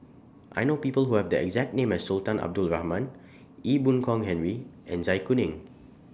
I know People Who Have The exact name as Sultan Abdul Rahman Ee Boon Kong Henry and Zai Kuning